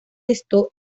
esto